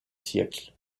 siècles